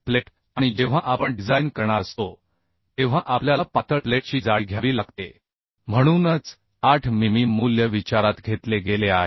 plate आणि जेव्हा आपण डिझाइन करणार असतो तेव्हा आपल्याला पातळ प्लेटची जाडी घ्यावी लागते म्हणूनच 8 मिमी मूल्य विचारात घेतले गेले आहे